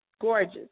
Gorgeous